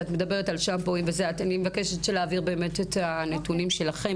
אני מבקשת שתעבירו את הנתונים שיש לכם